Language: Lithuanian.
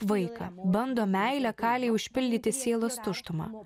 vaiką bando meilę kalei užpildyti sielos tuštumą